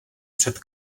před